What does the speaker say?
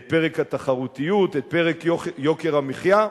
את פרק התחרותיות, את פרק יוקר המחיה,